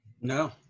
No